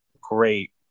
great